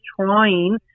trying